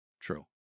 True